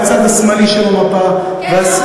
מהצד השמאלי של המפה, כן,